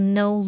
no